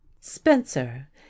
spencer